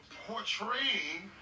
portraying